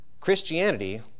Christianity